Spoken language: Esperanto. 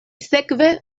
sekve